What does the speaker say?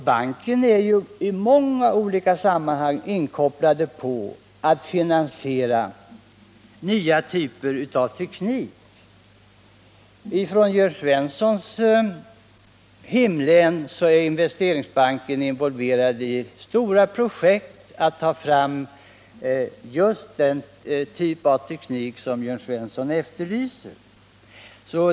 Banken är också i många olika sammanhang inkopplad på finansiering av nya typer av teknik. Också inom Jörn Svenssons hemlän är banken involverad i stora projekt för att ta fram just den typ av teknik som här har efterlysts.